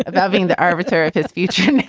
about being the arbiter of his future and and